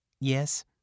Yes